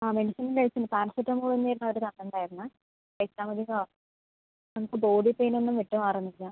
ആ മെഡിസിൻ കഴിച്ചിന് പാരസിറ്റാമോൾ തന്നെ ആയിരുന്നു അവർ തന്നിട്ടുണ്ടായിരുന്നു നമുക്ക് ബോഡി പെയിനൊന്നും വിട്ടു മാറുന്നില്ല